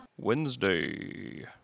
Wednesday